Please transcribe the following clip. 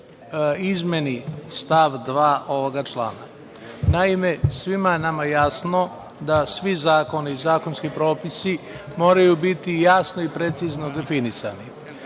izmeni stav 2. ovoga člana. Naime, svima nama je jasno da svi zakoni i zakonski propisi moraju biti jasno i precizno definisani.